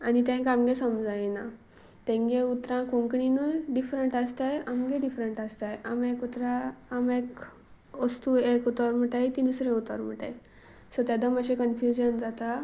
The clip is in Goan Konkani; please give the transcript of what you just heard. आनी तेंक आमगे समजायना तेंगे उतरां कोंकणीनूय डिफरंट आसताय आमगे डिफरंट आसताय आमक उतरां आमेक वस्तू एक उतर म्हुटाय ती दुसरें उतर म्हुटाय सो तेदो मात्शें कन्फ्युजन जाता